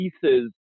pieces